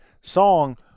song